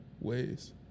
ways